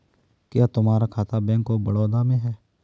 क्या तुम्हारा खाता बैंक ऑफ बड़ौदा में है?